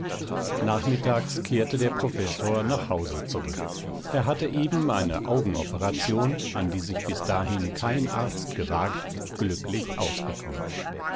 nachmittags kehrte der professor nach hause zurück er hatte eben eine augenoperation an die sich bis dahin kein arzt gewagt glücklich ausgeführt